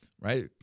right